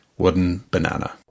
WoodenBanana